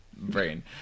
brain